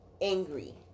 angry